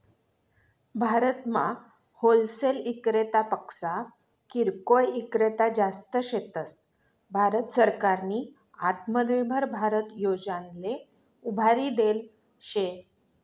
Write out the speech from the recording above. भारतमा होलसेल इक्रेतापक्सा किरकोय ईक्रेता जास्त शेतस, भारत सरकारनी आत्मनिर्भर भारत योजनाले उभारी देल शे